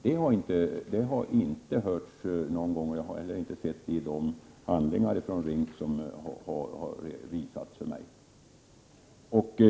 Det förslaget har man inte hört någon gång, och jag har heller inte sett det förslaget i de handlingar från RINK som visats för mig.